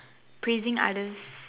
praising others